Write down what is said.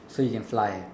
so you can fly